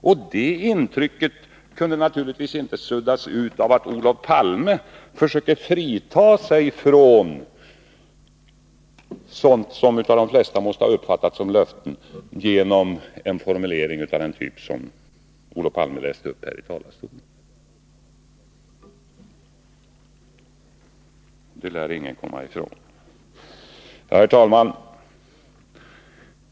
Och det intrycket kan naturligtvis inte suddas ut av att Olof Palme försöker frita sig från sådant, som av de flesta måste ha uppfattats som löften, genom en formulering av den typ han läste upp här i talarstolen. Det lär ingen komma ifrån. Herr talman!